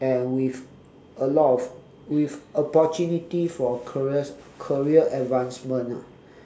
and with a lot of with opportunities for a career career advancement ah